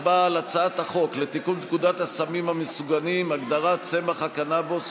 הצבעה על הצעת החוק לתיקון פקודת הסמים המסוכנים (הגדרת צמח הקנבוס,